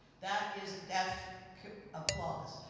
that is a deaf applause.